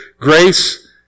Grace